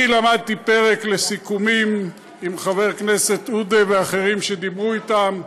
אני למדתי פרק על סיכומים עם חבר כנסת עודה ואחרים שדיברו אתם,